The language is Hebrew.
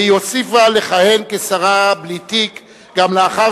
והיא הוסיפה לכהן כשרה בלי תיק גם לאחר